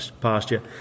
pasture